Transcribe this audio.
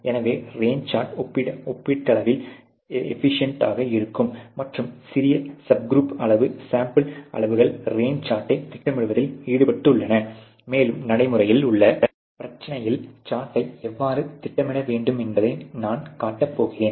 எனவே range chart ஒப்பீட்டளவில் efficient ஆக இருக்கும் மற்றும் சிறிய சப் குரூப் அளவு சாம்பிள் அளவுகள் ரேஞ்சு சார்ட்டை திட்டமிடுவதில் ஈடுபட்டுள்ளன மேலும் நடை முறையில் உள்ள பிரச்சனையில் சார்ட்டை எவ்வாறு திட்டமிட வேண்டும் என்பதை நான் காட்டப் போகிறேன்